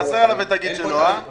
חסר לה אם היא תגיד שלא, נכון?